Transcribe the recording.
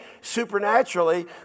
supernaturally